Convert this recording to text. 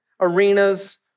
arenas